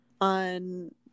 on